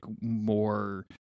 more